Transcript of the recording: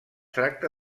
tracta